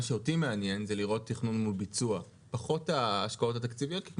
מה שאותי מעניין זה לראות תכנון מול ביצוע ופחות ההשקעות התקציביות.